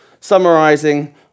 summarising